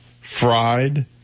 fried